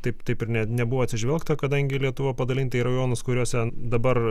taip taip ir ne nebuvo atsižvelgta kadangi lietuva padalinta į rajonus kuriuose dabar